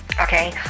Okay